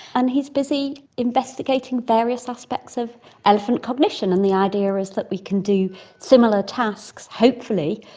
and he's busy investigating various aspects of elephant cognition. and the idea is that we can do similar tasks, hopefully,